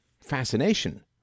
fascination